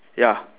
ya